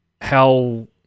how-